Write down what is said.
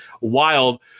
wild